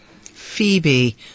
Phoebe